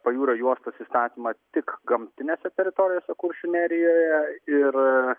pajūrio juostos įstatymą tik gamtinėse teritorijose kuršių nerijoje ir